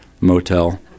motel